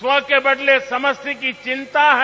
स्व के बदले समस्ती की चिन्ता है